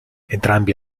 entrambi